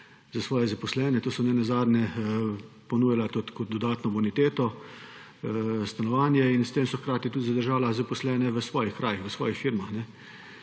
za svoje zaposlene. Stanovanje so ne nazadnje ponujala kot dodatno boniteto in s tem so hkrati zadržala zaposlene v svojih krajih, v svojih firmah.